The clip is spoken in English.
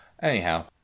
Anyhow